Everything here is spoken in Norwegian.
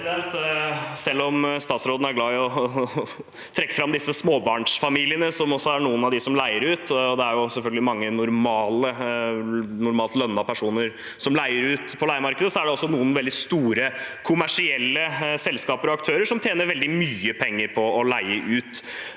Selv om statsråden er glad i å trekke fram disse småbarnsfamiliene, som er noen av dem som leier ut – og det er jo selvfølgelig mange normalt lønnede personer som leier ut på leiemarkedet – er det også noen veldig store kommersielle selskaper og aktører som tjener veldig mye penger på å leie ut.